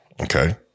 Okay